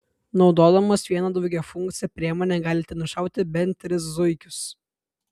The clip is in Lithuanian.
naudodamos vieną daugiafunkcę priemonę galite nušauti bent tris zuikius